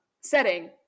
setting